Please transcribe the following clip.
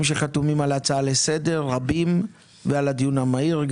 הרבים שחתומים על ההצעה לסדר ועל הדיון המהיר.